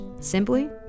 simply